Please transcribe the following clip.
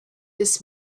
this